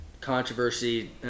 controversy